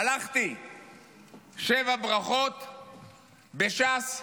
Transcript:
הלכתי לשבע ברכות בש"ס,